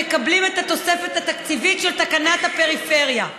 מקבלים את התוספת התקציבית של תקנת הפריפריה,